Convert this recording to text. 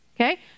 Okay